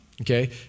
Okay